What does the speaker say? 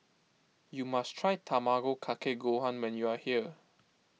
you must try Tamago Kake Gohan when you are here